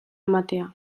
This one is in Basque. ematea